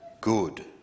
good